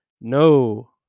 No